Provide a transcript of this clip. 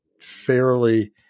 fairly